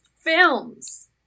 films